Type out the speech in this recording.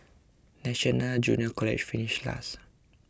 National Junior College finished last